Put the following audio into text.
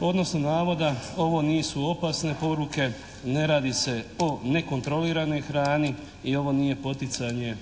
odnosno navoda. Ovo nisu opasne poruke, ne radi se o nekontroliranoj hrani i ovo nije poticanje